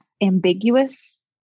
ambiguous